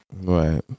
Right